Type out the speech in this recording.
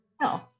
No